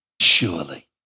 surely